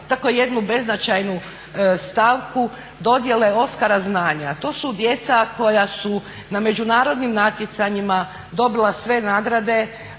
tako jednu beznačajnu stavku dodjele Oskara znanja. A to su djeca koja su na međunarodnim natjecanjima dobila sve nagrade